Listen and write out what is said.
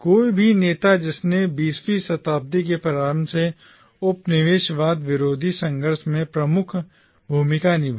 कोई भी नेता जिसने 20 वीं शताब्दी के प्रारंभ से उपनिवेशवाद विरोधी संघर्ष में प्रमुख भूमिका निभाई